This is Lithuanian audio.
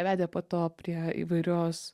vedė po to prie įvairios